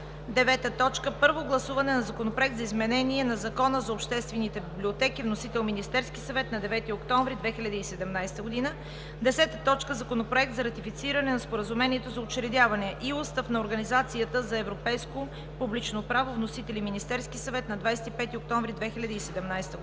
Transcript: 2017 г. 9. Първо гласуване на Законопроект за изменение на Закона за обществените библиотеки. Вносител е Министерският съвет на 9 октомври 2017 г. 10. Законопроект за ратифициране на Споразумението за учредяване и Устав на Организацията за европейско публично право. Вносител е Министерският съвет на 25 октомври 2017 г.